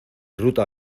ruta